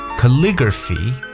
Calligraphy